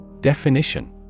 Definition